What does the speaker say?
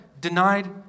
denied